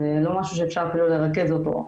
זה לא משהו שאפשר אפילו לרכז אותו.